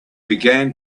began